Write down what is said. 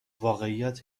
واقعیت